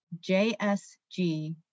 JSG